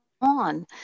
on